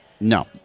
No